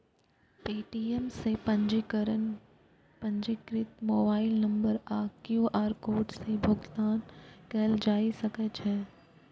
Paytm सं पंजीकृत mobile number आ क्यू.आर कोड सं भुगतान कैल जा सकै छै